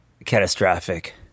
catastrophic